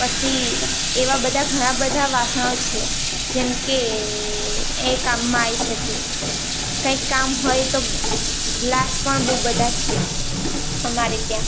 પછી એવા બધા ઘણાં બધાં વાસણો છે જેમકે એ કામમાં આવી શકે કંઇક કામ હોય તો ગ્લાસ પણ બહુ બધા છે અમારે ત્યાં